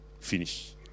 Finish